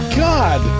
god